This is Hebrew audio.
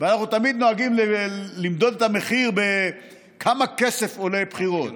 אנחנו תמיד נוהגים למדוד את המחיר בכמה כסף עולה בחירות.